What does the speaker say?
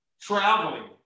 traveling